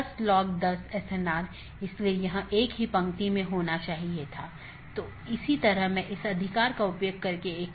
तो इसका मतलब है एक बार अधिसूचना भेजे जाने बाद डिवाइस के उस विशेष BGP सहकर्मी के लिए विशेष कनेक्शन बंद हो जाता है और संसाधन जो उसे आवंटित किये गए थे छोड़ दिए जाते हैं